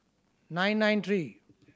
nine nine three